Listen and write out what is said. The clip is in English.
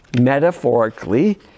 metaphorically